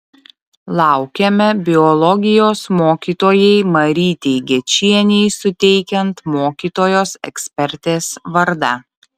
laukiame biologijos mokytojai marytei gečienei suteikiant mokytojos ekspertės vardą